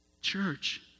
Church